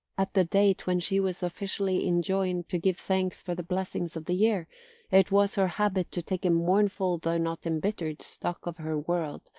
at the date when she was officially enjoined to give thanks for the blessings of the year it was her habit to take a mournful though not embittered stock of her world,